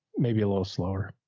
maybe a little slower.